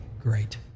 great